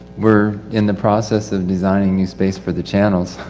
we're in the process of designing the space for the channels.